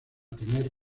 tener